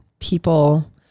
people